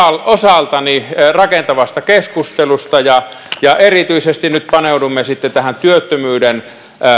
osaltani rakentavasta keskustelusta ja ja erityisesti nyt paneudumme sitten tähän työttömyyden